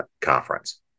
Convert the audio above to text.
conference